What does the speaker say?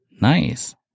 Nice